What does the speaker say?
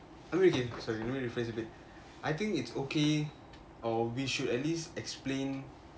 அன்னிக்கி:aniki sorry let me rephrase a bit I think it's okay or we should at least explain